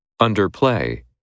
Underplay